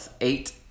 eight